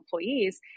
employees